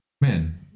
man